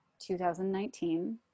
2019